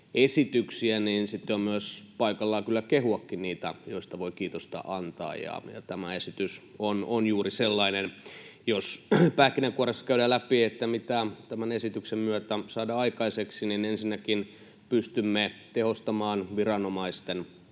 esityksiä, niin sitten on paikallaan kyllä myös kehua niitä, joista voi kiitosta antaa. Tämä esitys on juuri sellainen. Jos pähkinänkuoressa käydään läpi, mitä tämän esityksen myötä saadaan aikaiseksi, niin ensinnäkin pystymme tehostamaan viranomaisten